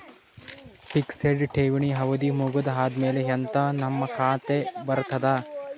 Fixed ಠೇವಣಿ ಅವಧಿ ಮುಗದ ಆದಮೇಲೆ ಎಂದ ನಮ್ಮ ಖಾತೆಗೆ ಬರತದ?